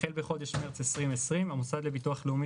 החל בחודש מרס 2020 המוסד לביטוח לאומי